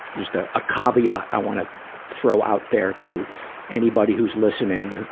is the ah caveat i wanna throw out there to anybody who's listening,